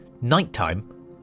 nighttime